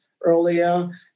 earlier